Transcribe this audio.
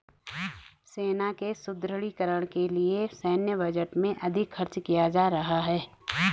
सेना के सुदृढ़ीकरण के लिए सैन्य बजट में अधिक खर्च किया जा रहा है